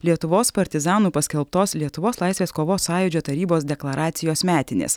lietuvos partizanų paskelbtos lietuvos laisvės kovos sąjūdžio tarybos deklaracijos metinės